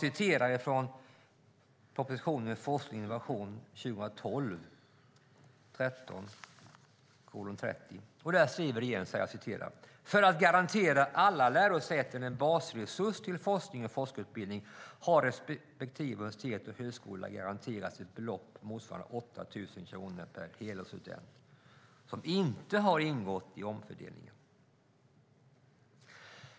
I propositionen Forskning och innovation med nr 2012/13:30 skriver regeringen: "För att garantera alla lärosäten en basresurs till forskning och forskarutbildning har respektive universitet och högskola garanterats ett belopp motsvarande 8 000 kronor per helårsstudent som inte har ingått i omfördelningen."